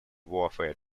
warfare